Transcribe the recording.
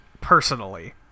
Personally